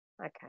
Okay